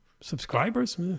Subscribers